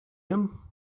him